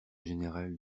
général